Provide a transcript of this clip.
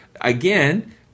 again